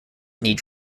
needs